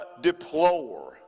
deplore